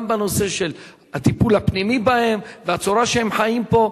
גם בנושא של הטיפול הפנימי בהם והצורה שהם חיים פה.